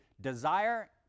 desire